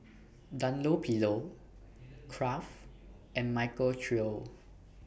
Dunlopillo Kraft and Michael Trio